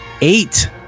eight